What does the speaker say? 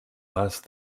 last